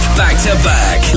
back-to-back